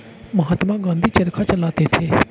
महात्मा गांधी चरखा चलाते थे